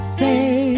say